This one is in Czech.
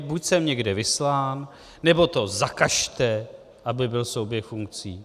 Buď jsem někde vyslán, nebo to zakažte, aby byl souběh funkcí.